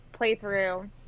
playthrough